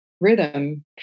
rhythm